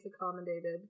accommodated